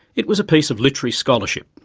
it was a piece of literary scholarship,